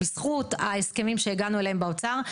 בזכות ההסכמים שהגענו אליהם באוצר,